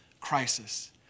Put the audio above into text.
crisis